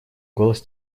голос